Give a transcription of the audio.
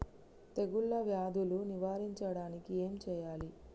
తెగుళ్ళ వ్యాధులు నివారించడానికి ఏం చేయాలి?